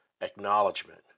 acknowledgement